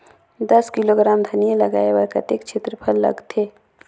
दस किलोग्राम धनिया लगाय बर कतेक क्षेत्रफल लगथे?